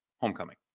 homecoming